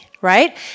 right